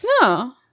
No